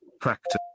practice